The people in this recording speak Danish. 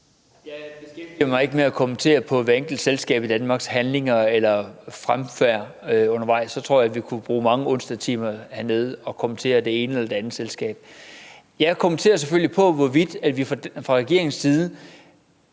Jeg beskæftiger mig ikke med at kommentere hvert enkelt selskab i Danmarks handlinger eller fremfærd undervejs. Så tror jeg, vi kunne bruge mange timer om onsdagen hernede på at kommentere det ene og det andet selskab. Jeg svarer selvfølgelig på, hvorvidt vi fra regeringens side